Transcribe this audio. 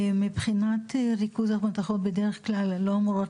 מבחינת ריכוז המתכות בדרך כלל לא אמורות